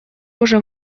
уже